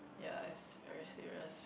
ya is very serious